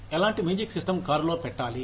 ఎలాంటి music system కారులో పెట్టాలి